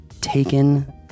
Taken